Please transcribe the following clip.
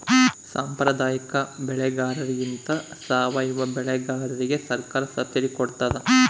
ಸಾಂಪ್ರದಾಯಿಕ ಬೆಳೆಗಾರರಿಗಿಂತ ಸಾವಯವ ಬೆಳೆಗಾರರಿಗೆ ಸರ್ಕಾರ ಸಬ್ಸಿಡಿ ಕೊಡ್ತಡ